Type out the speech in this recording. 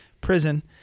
prison